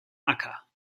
acker